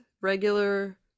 regular